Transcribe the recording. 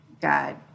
God